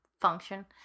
function